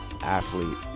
athlete